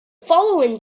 following